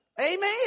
Amen